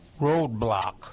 roadblock